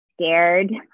Scared